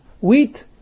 Wheat